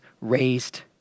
raised